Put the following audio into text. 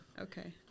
Okay